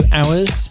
hours